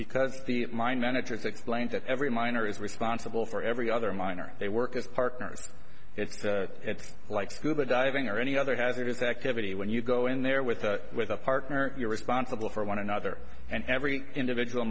because the mine managers explains that every miner is responsible for every other miner they work as partners it's it's like scuba diving or any other hazardous activity when you go in there with with a partner you're responsible for one another and every individual